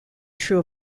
true